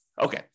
Okay